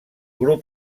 grup